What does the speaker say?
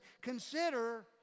Consider